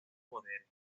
poderes